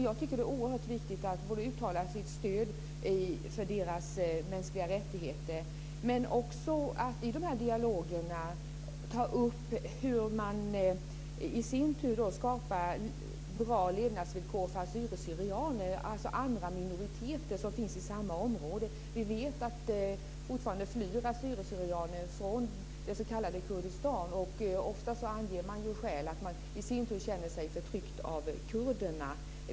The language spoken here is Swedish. Jag tycker att det är oerhört viktigt att man uttalar sitt stöd för deras mänskliga rättigheter men också att man i de här dialogerna tar upp hur de i sin tur skapar bra levnadsvillkor för assyrier syrianer fortfarande flyr från Kurdistan. Ofta anger de ju som skäl att de i sin tur känner sig förtryckta av kurderna.